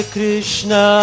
Krishna